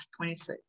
26